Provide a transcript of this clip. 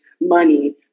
money